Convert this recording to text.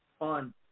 on